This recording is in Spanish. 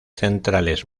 centrales